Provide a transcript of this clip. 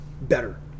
better